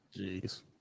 Jeez